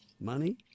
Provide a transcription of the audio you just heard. money